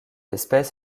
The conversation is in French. espèce